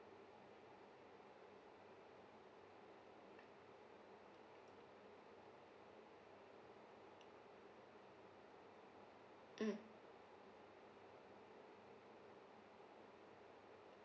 mm